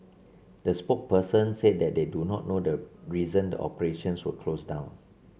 the spokesperson said that they do not know the reason the operations were closed down